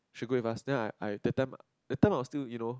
she go with us then I I that time that time I was still you know